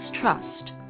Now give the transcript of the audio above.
Trust